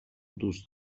دوست